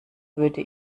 würde